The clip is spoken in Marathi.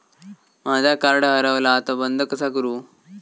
माझा कार्ड हरवला आता बंद कसा करू?